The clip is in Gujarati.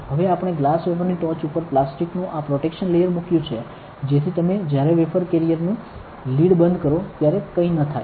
હવે આપણે ગ્લાસ વેફરની ટોચ ઉપર પ્લાસ્ટિકનુ આ પ્રોટેક્શન લેયર મૂક્યુ છે જેથી તમે જ્યારે વેફર કેરિયરનું લીડ બંધ કરો ત્યારે કંઇ ન થાય